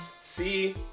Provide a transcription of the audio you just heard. See